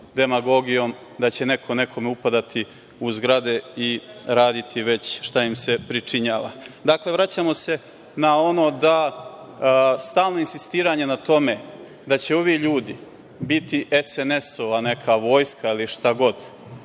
demagogijom da će neko nekome upadati u zgrade i raditi već šta im se pričinjava. Dakle, vraćamo se na ono da stalno insistiranje na tome da će ovi ljudi biti SNS neka vojska ili šta god,